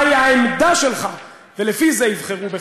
מהי העמדה שלך, ולפי זה יבחרו בך.